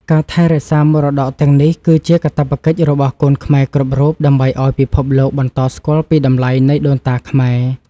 ការថែរក្សាមរតកទាំងនេះគឺជាកាតព្វកិច្ចរបស់កូនខ្មែរគ្រប់រូបដើម្បីឱ្យពិភពលោកបន្តស្គាល់ពីតម្លៃនៃដូនតាខ្មែរ។